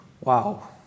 Wow